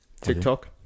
TikTok